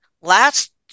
last